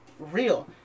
real